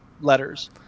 letters